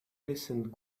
listened